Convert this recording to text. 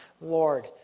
Lord